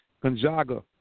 Gonzaga